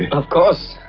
of course.